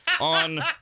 on